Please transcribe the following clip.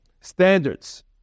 standards